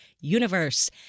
Universe